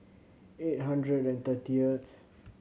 eight hundred and thirtieth